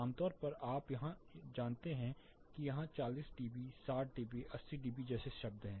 आमतौर पर आप यहां जानते हैं कि यहां 40 डीबी 60 डीबी 80 डीबी जैसे शब्द हैं